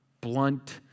Blunt